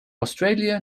australia